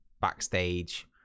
backstage